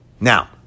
Now